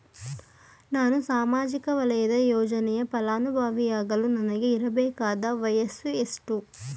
ನಾನು ಸಾಮಾಜಿಕ ವಲಯದ ಯೋಜನೆಯ ಫಲಾನುಭವಿ ಯಾಗಲು ನನಗೆ ಇರಬೇಕಾದ ವಯಸ್ಸು ಎಷ್ಟು?